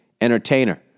entertainer